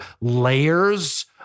layers